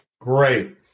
Great